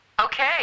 Okay